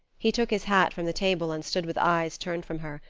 he took his hat from the table, and stood with eyes turned from her,